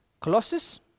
Colossus